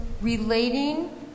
relating